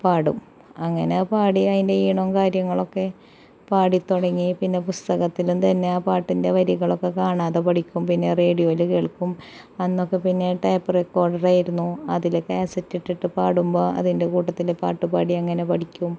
പാടും അങ്ങനെ പാടി അതിൻ്റെ ഈണവും കാര്യങ്ങളൊക്കെ പാടിതുടങ്ങി പിന്നെ പുസ്തകത്തിലും തന്നെ ആ പാട്ടിൻ്റെ വരികളൊക്കെ കാണാതെ പഠിക്കും പിന്നെ റേഡിയോയില് കേൾക്കും അന്നൊക്കെ പിന്നെ ടേപ്പ് റെക്കോർഡറായിരുന്നു അതില് കാസ്സറ്റ് ഇട്ടിട്ട് പാടുമ്പോൾ അതിൻ്റെ കൂട്ടത്തില് പാട്ടുപാടി അങ്ങനെ പഠിക്കും